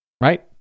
right